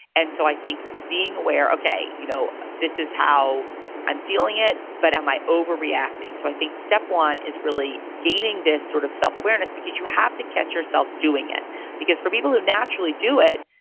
and so i think being aware, okay, you know this is how i'm feeling it, but am i overreacting? so i think step one is really gaining this sort of self-awareness because you have to catch yourself doing it because for people who naturally do it,